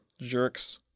jerks